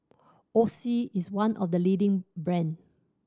Oxy is one of the leading brand